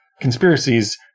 conspiracies